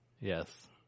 Yes